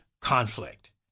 conflict